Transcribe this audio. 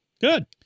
Good